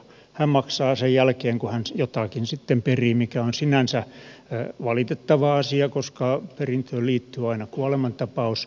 hän maksaa sen jälkeen kun hän jotakin sitten perii mikä on sinänsä valitettava asia koska perintöön liittyy aina kuolemantapaus